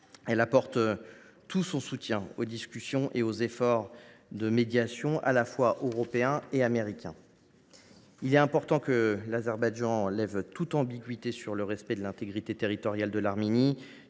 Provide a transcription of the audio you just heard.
Elle apporte tout son soutien aux discussions et aux efforts de médiation, à la fois européens et américains. Il est important que l’Azerbaïdjan lève toute ambiguïté sur le respect de l’intégrité territoriale de l’Arménie.